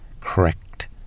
correct